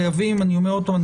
אני אומר עוד פעם,